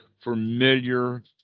familiar